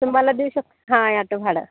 तुम्हाला देऊ शक हा ॲटो भाडं